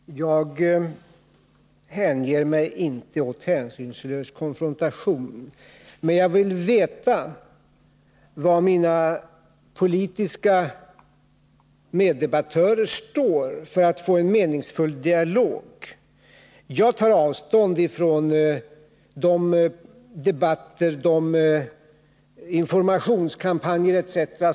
Fru talman! Jag hänger mig inte åt hänsynslös konfrontation. Men jag vill veta var mina politiska meddebattörer står för att vi skall få en meningsfull dialog. Jag tar avstånd från debatter, informationskampanjer etc.